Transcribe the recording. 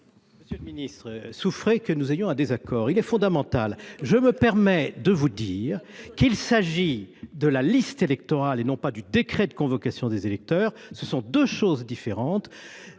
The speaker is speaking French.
monsieur le ministre, que nous ayons un désaccord ! Celui ci est fondamental. Je me permets de vous dire qu’il s’agit de la liste électorale et non pas du décret de convocation des électeurs. Ce sont deux choses différentes